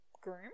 groom